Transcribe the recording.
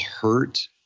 hurt